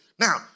Now